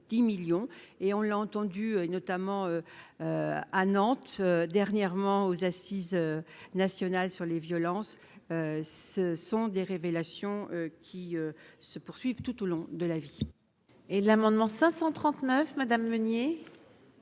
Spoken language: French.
et on l'a entendu, notamment à Nantes dernièrement aux assises nationales sur les violences, ce sont des révélations qui se poursuivent tout au long de la vie. Et l'amendement 539 madame Meunier.